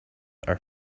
are